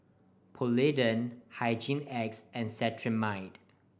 Polident Hygin X and Cetrimide